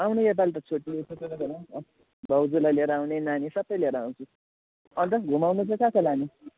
आउने यो पालि त छुट्टीमा भाउजूलाई लिएर आउने नानी सबै लिएर आउँछु अन्त घुमाउनु चाहिँ कहाँ कहाँ लाने